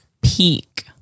peak